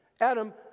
Adam